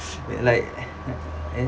like eh